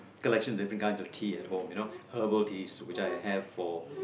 collection of different kinds of tea at home you know herbal teas I have for